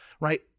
Right